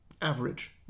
average